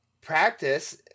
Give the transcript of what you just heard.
practice